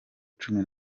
cumi